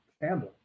family